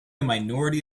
minority